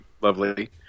Lovely